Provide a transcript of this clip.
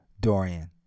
Dorian